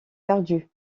perdu